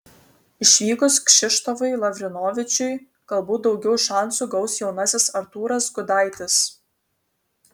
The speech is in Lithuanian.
išvykus kšištofui lavrinovičiui galbūt daugiau šansų gaus jaunasis artūras gudaitis